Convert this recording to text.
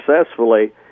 successfully